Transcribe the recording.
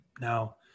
Now